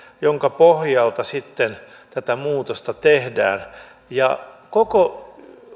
jonka pohjalta sitten tätä muutosta tehdään koko